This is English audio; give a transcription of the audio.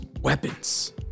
weapons